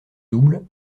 double